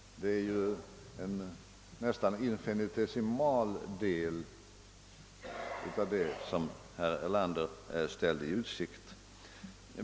Det är ju bara en infinitesimal del av vad herr Erlander ställde i utsikt.